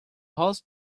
house